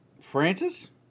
Francis